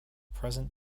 present